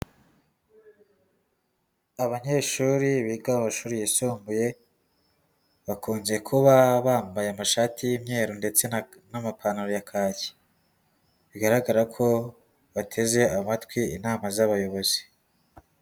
Abanyeshuri biga mu mashuri yisumbuye bakunze kuba bambaye amashati y'imyeru ndetse n'amapantaro ya kaki, bigaragara ko bateze amatwi inama z'abayobozi.